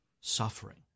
suffering